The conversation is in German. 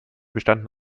bestanden